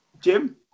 Jim